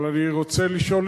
אבל אני רוצה לשאול,